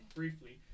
briefly